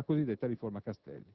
Così come poi è stato e come è nella previsione contenuta nella cosiddetta riforma Castelli.